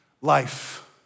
life